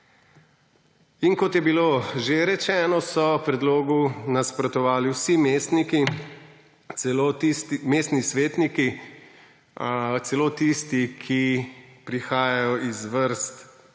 In kot je bilo že rečeno, so predlogu nasprotovali vsi mestni svetniki, celo tisti, ki prihajajo iz vrst